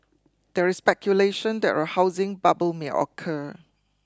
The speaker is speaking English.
there is speculation that a housing bubble may occur